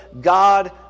God